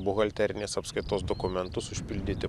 buhalterinės apskaitos dokumentus užpildyti